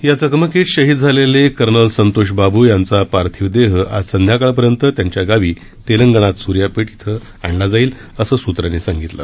या चकमकीत शहीद झालेले कर्नल संतोष बाबू यांचा पार्थिव देह आज संध्याकाळपर्यंत त्याच्या गापी तेलंगणात सूर्यापेट इथं आणला जाईल असं सूर्वांनी सांगितलं